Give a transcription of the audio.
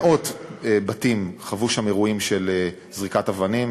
מאות חוו שם אירועים של זריקת אבנים,